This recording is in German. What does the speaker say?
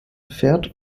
pferd